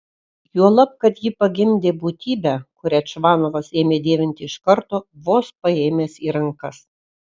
juolab kad ji pagimdė būtybę kurią čvanovas ėmė dievinti iš karto vos paėmęs į rankas